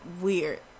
weird